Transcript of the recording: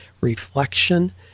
Reflection